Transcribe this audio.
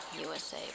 USA